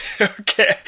Okay